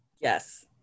yes